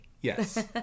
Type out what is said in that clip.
Yes